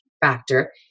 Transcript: factor